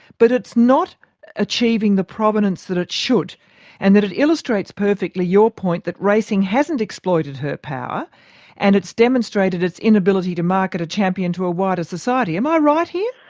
but it's not achieving the prominence that it should and that it illustrates perfectly your point that racing hasn't exploited her power and it's demonstrated its inability to market a champion to a wider society. am i right here?